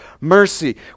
mercy